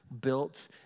built